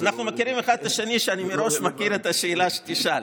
אנחנו מכירים אחד את השני אז אני מכיר מראש את השאלה שתשאל.